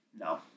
no